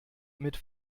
mit